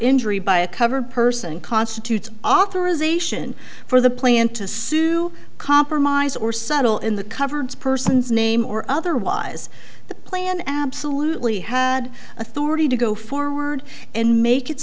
injury by a covered person constitutes authorization for the plant to sue compromised or subtle in the cover person's name or otherwise the plan absolutely had authority to go forward and make it